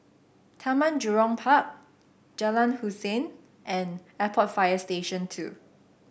Taman Jurong Park Jalan Hussein and Airport Fire Station Two